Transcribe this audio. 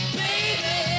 baby